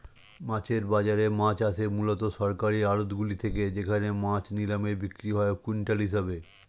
মাছের বাজারে মাছ আসে মূলত সরকারি আড়তগুলি থেকে যেখানে মাছ নিলামে বিক্রি হয় কুইন্টাল হিসেবে